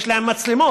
יש להם מצלמות,